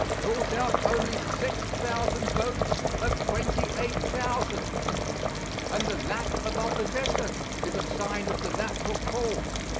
brought out only six thousand votes of twenty eight thousand and the lack of opposition is assigned as the natural cause.